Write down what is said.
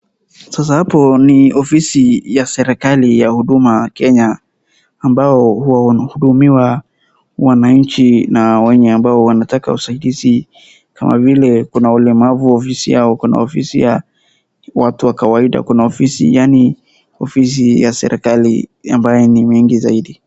Sasa hapo ni ofisi ya serikali ya Huduma Kenya ambao huwa wanahudumia wananchi na wenye ambao wanataka usaidizi. Kama vile, kuna ulemavu ofisi yao, kuna ofisi ya watu wa kawaida, kuna ofisi yaani, ofisi ya serikali ambayo ni mengi zaidi.